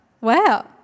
wow